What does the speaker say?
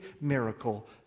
miracle